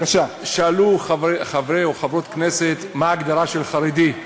שאלו חברי או חברות כנסת מה ההגדרה של חרדי.